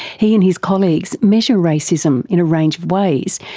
he and his colleagues measure racism in a range of ways,